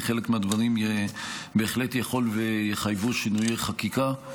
כי חלק מהדברים בהחלט יכול שיחייבו שינויי חקיקה.